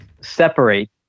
separate